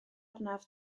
arnaf